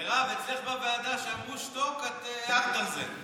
מירב, אצלך בוועדה כשאמרו שתוק, את הערת על זה.